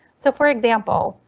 so, for example,